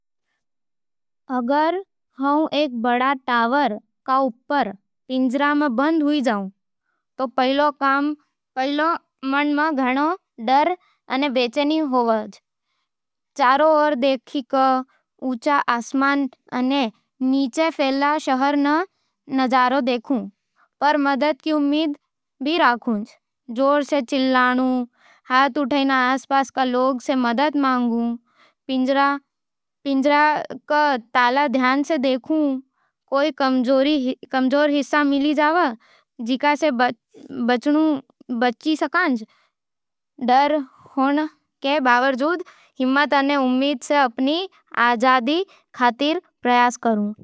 अगर मैं एक बड़े टावर के ऊपर पिंजरे में बंद हो जावूं, तो पहिला मन में घणो डर अने बेचैनी हो जावे। चारों ओर देखके, ऊंचे आसमान अने नीचे फैले शहर रो नजारा देखूं, पर मदद की उम्मीद भी रखूं। जोर सै चिल्ला के, हाथ उठाके आस-पास के लोगों से मदद मांगूं। पिंजरे रो ताला ध्यान सै देखूं, कोई कमजोर हिस्सा मिल जावै, जिणसें बचाव मिल सके। डर होण के बावजूद, हिम्मत अने उम्मीद सै अपनी आजादी खातर प्रयास करूं।